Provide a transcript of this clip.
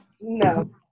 No